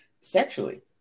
sexually